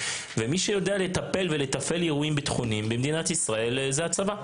ומי שיודע לטפל ולתפעל אירועים ביטחוניים במדינת ישראל זה הצבא.